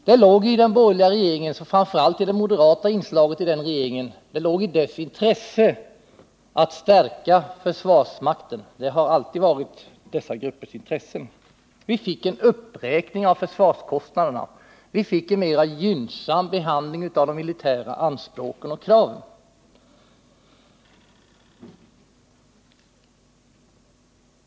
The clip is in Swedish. Det låg i den borgerliga regeringens intresse — och det var framför allt ett intresse för det moderata inslaget i den regeringen — att stärka försvarsmakten, något som ju alltid legat i dessa gruppers intresse. Vi fick därigenom en uppräkning av försvarskostnaderna, och vi fick en mera gynnsam behandling av de militära anspråken och kraven.